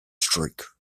streak